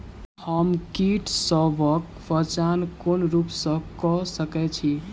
हम कीटसबक पहचान कोन रूप सँ क सके छी?